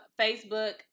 Facebook